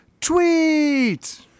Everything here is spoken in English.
tweet